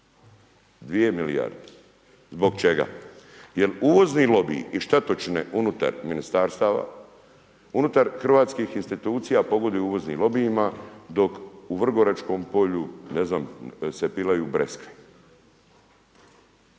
2 milijarde. Zbog čega? Jer uvozni lobiji i štetočine unutar ministarstava, unutar hrvatskih institucija pogoduju uvoznim lobijima dok u vrgoračkom polju, ne znam, se pilaju breskve.